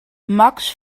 max